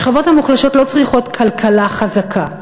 השכבות המוחלשות לא צריכות כלכלה חזקה.